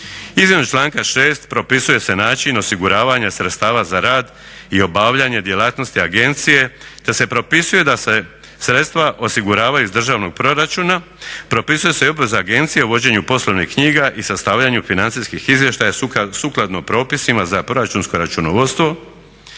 Izmjenom članka 6.propisuje se način osiguravanja sredstava za rad i obavljanje djelatnosti agencije, te se propisuje da se sredstva osiguravaju iz državnog proračuna. propisuje se i obveza agencije u vođenju poslovnih knjiga i sastavljanju financijskih izvještaja sukladno propisima za proračunsko računovodstvo